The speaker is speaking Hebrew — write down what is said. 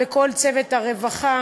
ולכל צוות הרווחה